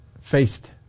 faced